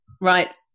Right